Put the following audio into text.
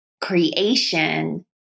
creation